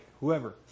whoever